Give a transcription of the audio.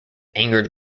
angered